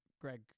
Greg